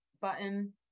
button